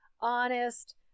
honest